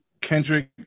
Kendrick